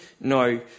no